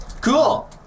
Cool